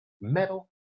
Metal